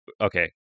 Okay